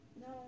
no